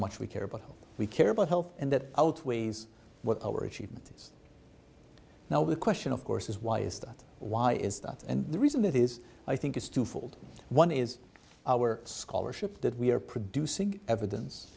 much we care about how we care about health and that outweighs what our achievement is now the question of course is why is that why is that and the reason it is i think is twofold one is our scholarship that we are producing evidence